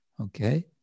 Okay